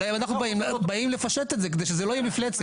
אבל אנחנו באים לפשט את זה כדי שזה לא יהיה מפלצת.